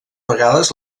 vegades